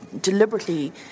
deliberately